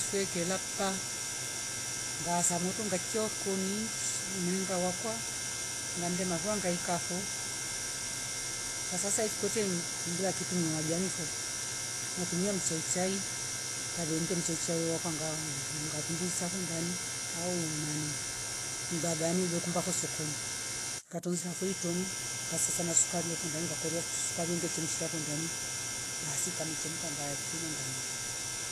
Mfwekelapa ngaamza moto ngakia horikoni shii du mringa wakwa ngande marua ngaika fo sasa ifu kwete mhh mndila kitu majani fo, natumia mchaichai kavende mchaichai wakangwa mh ngatumbuza vo ndani au mnani mgaganive kumba faso sokoni ngatunzra fei tuno ngasasa na sukari yofo ndaenga kakuria sukari unge chemsha fo ndani basi kamechemka ngaya finywa nganywa